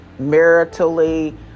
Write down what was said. maritally